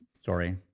story